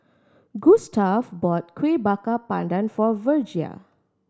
Gustav bought Kuih Bakar Pandan for Virgia